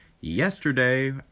Yesterday